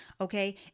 Okay